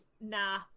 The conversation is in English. nah